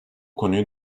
konuyu